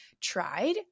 tried